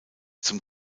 zum